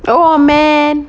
oh man